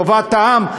טובת העם?